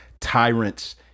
tyrants